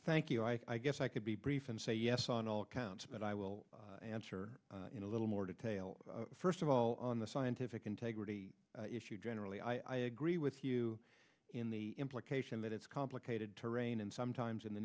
thank you i guess i could be brief and say yes on all counts but i will answer in a little more detail first of all on the scientific integrity issue generally i agree with you in the implication that it's complicated terrain and sometimes in the